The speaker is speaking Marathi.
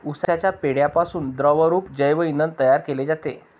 उसाच्या पेंढ्यापासून द्रवरूप जैव इंधन तयार केले जाते